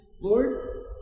Lord